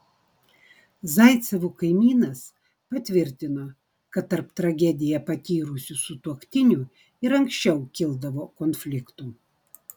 zaicevų kaimynas patvirtino kad tarp tragediją patyrusių sutuoktinių ir anksčiau kildavo konfliktų